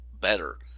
better